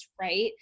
right